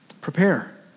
Prepare